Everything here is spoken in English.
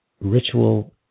ritual